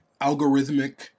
algorithmic